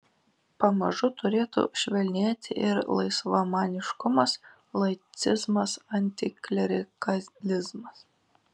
pamažu turėtų švelnėti ir laisvamaniškumas laicizmas antiklerikalizmas